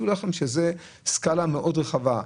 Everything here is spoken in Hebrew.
זאת סקאלה מאוד רחבה.